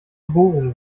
bohrungen